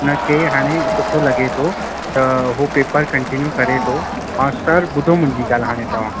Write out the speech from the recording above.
हुन खे हाणे सुठो लॻे थो त हो पेपर कंटीन्यू करे थो ऐं सर ॿुधो मुंहिंजी ॻाल्हि हाणे तव्हां